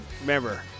remember